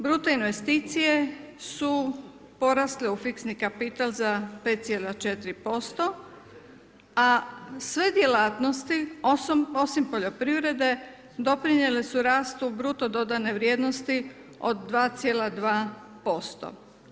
Bruto investicije su porasle u fiksni kapital za 5,4% a sve djelatnosti osim poljoprivrede doprinijele su rastu bruto dodane vrijednosti od 2,2%